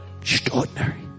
extraordinary